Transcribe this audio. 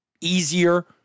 easier